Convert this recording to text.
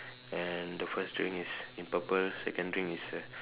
and the first drink is in purple second drink is a